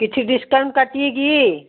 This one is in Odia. କିଛି ଡିସକାଉଣ୍ଟ କାଟିବେ କିି